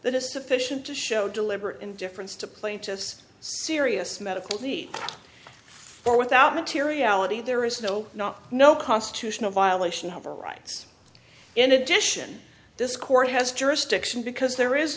that is sufficient to show deliberate indifference to plaintiffs serious medical need or without materiality there is no not no constitutional violation of our rights in addition this court has jurisdiction because there is